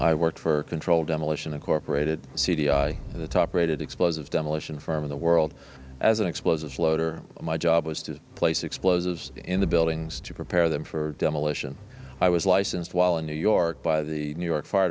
i worked for a controlled demolition of corporate at c d i the top rated explosive demolition firm in the world as an explosives loader my job was to place explosives in the buildings to prepare them for demolition i was licensed while in new york by the new york fire